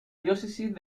diócesis